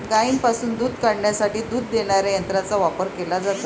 गायींपासून दूध काढण्यासाठी दूध देणाऱ्या यंत्रांचा वापर केला जातो